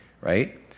right